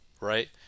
right